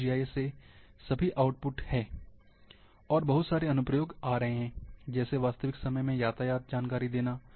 यह जीआईएस से सभी आउटपुट है और बहुत सारे अनुप्रयोग आ रहे हैं जैसे वास्तविक समय में यातायात जानकारी देना